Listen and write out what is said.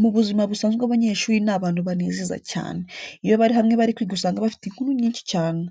Mu buzima busanzwe abanyeshuri ni abantu banezeza cyane, iyo bari hamwe bari kwiga usanga bafite inkuru nyinshi cyane.